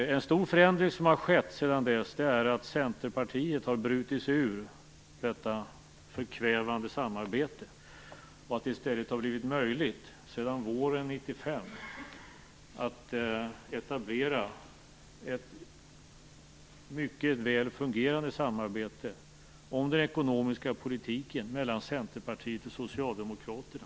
En stor förändring som skett sedan dess är att Centerpartiet har brutit sig ur detta förkvävande samarbete. I stället har det, vilket gäller sedan våren 1995, blivit möjligt att etablera ett mycket väl fungerande samarbete om den ekonomiska politiken mellan Centerpartiet och Socialdemokraterna.